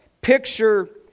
Picture